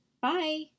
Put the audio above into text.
Bye